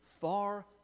far